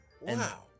wow